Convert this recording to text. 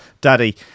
Daddy